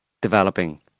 developing